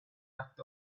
act